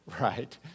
right